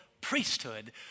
priesthood